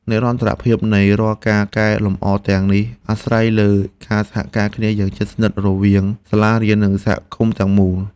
និរន្តរភាពនៃរាល់ការកែលម្អទាំងអស់អាស្រ័យលើការសហការគ្នាយ៉ាងជិតស្និទ្ធរវាងសាលារៀន និងសហគមន៍ទាំងមូល។